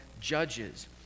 Judges